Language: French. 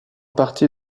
partie